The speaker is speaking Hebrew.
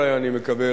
אני מקווה,